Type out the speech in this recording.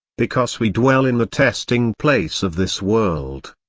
because we dwell in the testing place of this world,